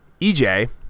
EJ